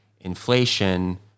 inflation